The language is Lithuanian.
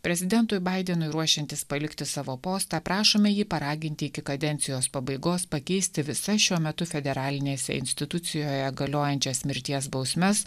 prezidentui baidenui ruošiantis palikti savo postą prašome jį paraginti iki kadencijos pabaigos pakeisti visas šiuo metu federalinėse institucijoje galiojančias mirties bausmes